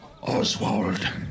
Oswald